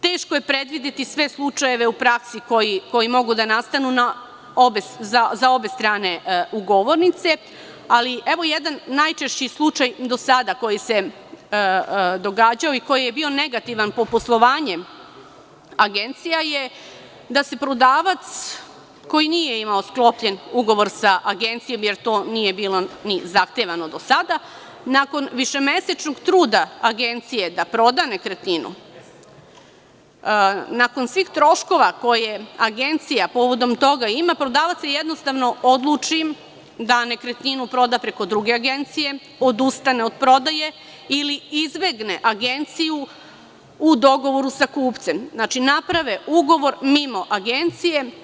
Teško je predvideti sve slučajeve u praksi koji mogu da nastanu za obe strane ugovornice, ali evo jedan najčešći slučaj do sada koji se događao i koji je bio negativan po poslovanje agencija je da se prodavac koji nije imao sklopljen ugovor sa agencijom, jer to nije ni bilo zahtevano do sada, nakon višemesečnog truda agencije da proda nekretninu, nakon svih troškova koje agencija povodom toga ima, prodavac se jednostavno odluči da nekretninu proda preko druge agencije, odustane od prodaje ili izbegne agenciju u dogovoru sa kupcem, naprave ugovor mimo agencije.